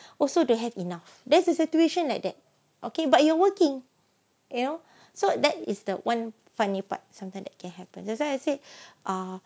also you have enough that's a situation like that okay but you are working you know so that is the one funny part sometimes that can happen that's why I say ah